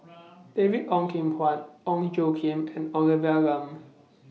David Ong Kim Huat Ong Tjoe Kim and Olivia Lum